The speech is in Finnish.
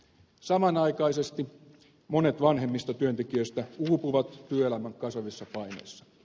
samanaikaisesti monet vanhemmista työntekijöistä uupuvat työelämän kasvavissa paineissa